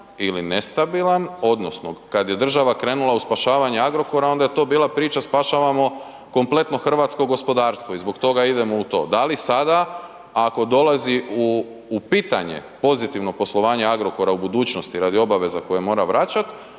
ili nestabilan odnosno kad je država krenula u spašavanje Agrokora onda je to bila priča spašavamo kompletno hrvatsko gospodarstvo i zbog toga idemo u to, da li sada ako dolazi u, u pitanje pozitivno poslovanje Agrokora u budućnosti radi obaveza koje mora vraćat,